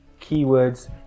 keywords